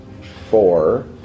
four